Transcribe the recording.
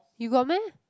you got meh